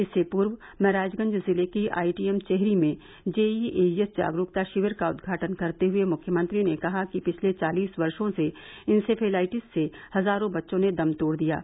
इससे पूर्व महराजगंज जिले के आईटीएम चेहरी में J E A E S जागरूकता शिविर का उद्घाटन करते हुए मुख्यमंत्री ने कहा कि पिछले चालिस वर्षो से इन्सेफेलाइटिस से हजारो बच्चों ने दम तोड़ दिया है